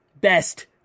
best